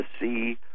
see